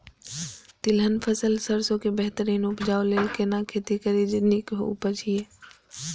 तिलहन फसल सरसों के बेहतरीन उपजाऊ लेल केना खेती करी जे नीक उपज हिय?